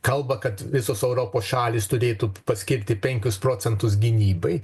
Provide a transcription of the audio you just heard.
kalba kad visos europos šalys turėtų paskirti penkis procentus gynybai